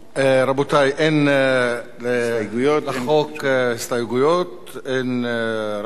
אין לחוק הסתייגויות ואין בקשות דיבור,